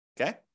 Okay